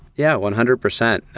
yeah, one hundred percent.